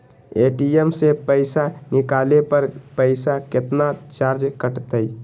ATM से पईसा निकाले पर पईसा केतना चार्ज कटतई?